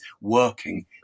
working